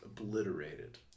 obliterated